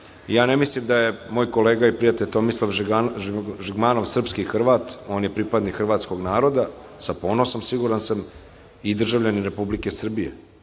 mislim da je moj kolega i prijatelj Tomislav Žigmanov srpski Hrvat, on je pripadnik hrvatskog naroda, sa ponosom siguran sam, i državljanin Republike Srbije.